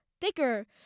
thicker